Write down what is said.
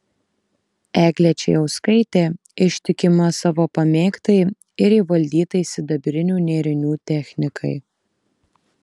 eglė čėjauskaitė ištikima savo pamėgtai ir įvaldytai sidabrinių nėrinių technikai